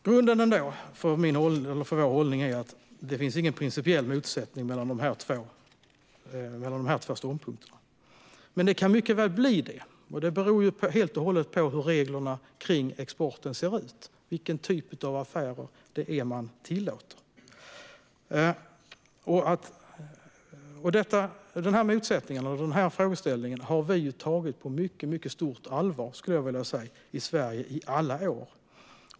Grunden för vår hållning är att det inte finns någon principiell motsättning mellan de här två ståndpunkterna. Men det kan mycket väl bli det, och det beror helt och hållet på hur reglerna kring exporten ser ut och vilken typ av affärer man tillåter. Den här motsättningen och den här frågeställningen har vi tagit på mycket stort allvar i Sverige i alla år.